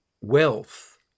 Wealth